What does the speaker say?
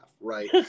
right